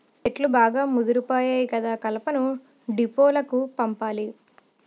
చెట్లు బాగా ముదిపోయాయి కదా కలపను డీపోలకు పంపాలి